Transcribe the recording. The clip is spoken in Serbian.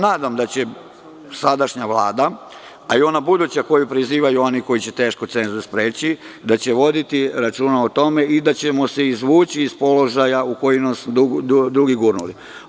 Nadam se da će sadašnja Vlada, a i ona buduća koju prizivaju oni koji će teško cenzus preći, da će voditi računa o tome i da ćemo se izvući iz položaja u koji su nas drugi gurnuli.